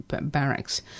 barracks